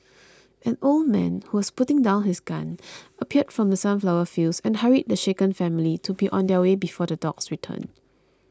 an old man who was putting down his gun appeared from the sunflower fields and hurried the shaken family to be on their way before the dogs return